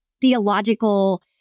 theological